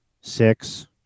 six